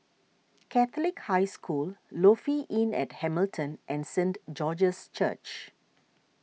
Catholic High School Lofi Inn at Hamilton and Saint George's Church